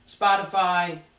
Spotify